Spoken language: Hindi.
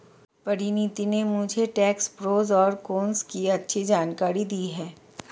परिनीति ने मुझे टैक्स प्रोस और कोन्स की अच्छी जानकारी दी है